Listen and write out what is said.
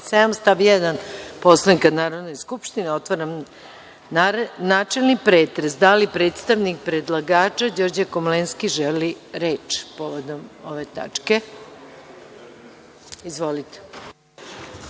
1. Poslovnika Narodne skupštine. Otvaram načelni pretres. Da li predstavnik predlagača Đorđe Komlenski želi reč povodom ove tačke? (Da.)Izvolite.